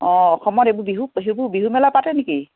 অঁ অসমত এইবোৰ বিহু সেইবোৰ বিহু মেলা পাতে নেকি